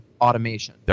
automation